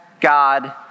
God